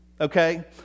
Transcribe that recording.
okay